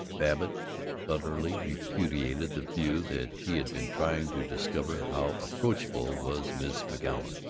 babbitt utterly repudiated the view that he had been trying to discover how approachable was miss mcgoun.